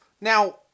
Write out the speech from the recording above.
Now